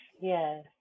yes